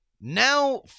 Now